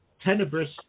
tenebrous